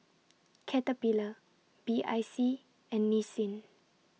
Caterpillar B I C and Nissin